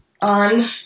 on